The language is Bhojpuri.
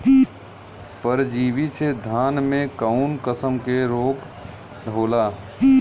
परजीवी से धान में कऊन कसम के रोग होला?